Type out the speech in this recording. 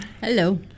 Hello